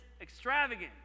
extravagant